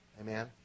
Amen